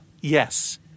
Yes